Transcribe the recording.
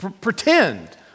Pretend